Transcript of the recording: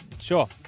Sure